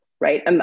right